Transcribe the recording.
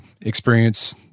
experience